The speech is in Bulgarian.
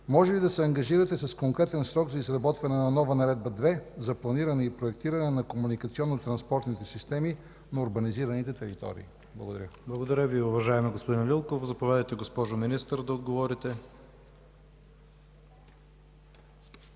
може ли да се ангажирате с конкретен срок за изработване на нова Наредба 2 за планиране и проектиране на комуникационно-транспортните системи на урбанизираните територии? Благодаря Ви. ПРЕДСЕДАТЕЛ ИВАН ИВАНОВ: Благодаря Ви, уважаеми господин Лилков. Заповядайте, госпожо Министър, да отговорите.